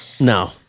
No